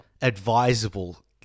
advisable